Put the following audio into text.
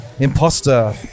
Imposter